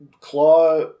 claw